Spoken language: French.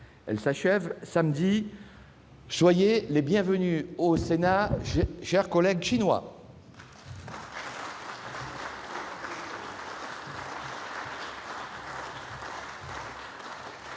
Elle s'achève samedi. Soyez les bienvenus au Sénat, chers collègues chinois ! M. le président